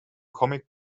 comic